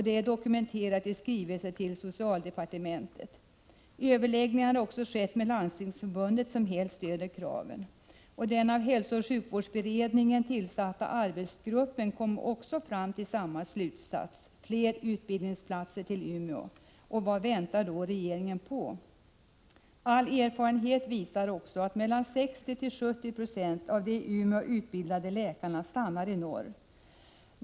Det är dokumenterat i skrivelse till socialdepartementet. Överläggningar har också förts med Landstingsförbundet, som helt stöder kraven. Den av hälsooch sjukvårdsberedningen tillsatta arbetsgruppen kom också fram till samma slutsats: fler utbildningsplatser till Umeå. Vad väntar då regeringen på? All erfarenhet visar att mellan 60 96 och 70 96 av de i Umeå utbildade läkarna stannar i norr.